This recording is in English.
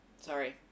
sorry